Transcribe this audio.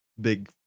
big